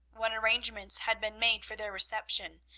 when arrangements had been made for their reception,